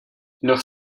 leurs